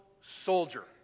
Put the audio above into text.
soldier